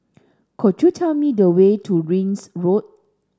could you tell me the way to Ring's Road